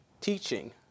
teaching